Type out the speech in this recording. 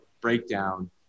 breakdown